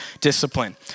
discipline